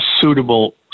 suitable